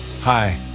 Hi